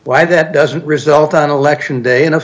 why that doesn't result on election day in a